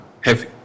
heavy